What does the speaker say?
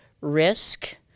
risk